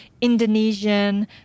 Indonesian